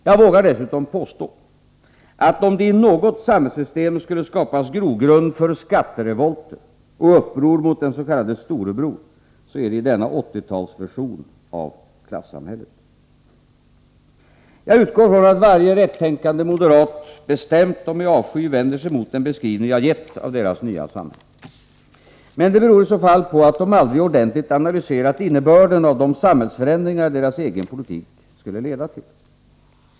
Jag vågar dessutom påstå, att om det i något samhällssystem skulle skapas grogrund för skatterevolter och uppror mot den s.k. Storebror, så är det i denna 80-talsversion av klassamhället. Jag utgår från att varje rättänkande moderat bestämt och med avsky vänder sig mot den beskrivning jag gett av deras nya samhälle. Men det beror i så fall på att de aldrig ordentligt analyserat innebörden av de samhällsförändringar deras egen politik leder till.